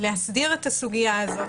להסדיר את הסוגיה הזאת,